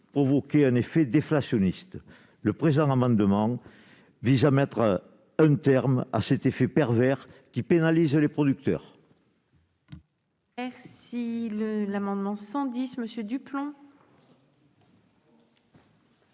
provoquer un effet déflationniste. Le présent amendement vise ainsi à mettre un terme à cet effet pervers qui pénalise les producteurs. La parole est à M. Laurent